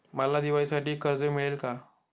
मला दिवाळीसाठी कर्ज मिळेल का?